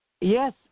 Yes